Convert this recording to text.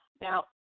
Now